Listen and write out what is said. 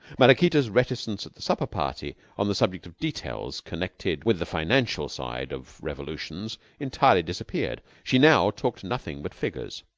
maraquita's reticence at the supper-party on the subject of details connected with the financial side of revolutions entirely disappeared. she now talked nothing but figures,